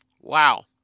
Wow